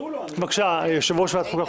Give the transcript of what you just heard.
סעיף הבא לסדר-היום: בקשת יושב-ראש ועדת חוקה,